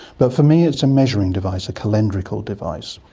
but for me it's a measuring device, a calendrical device.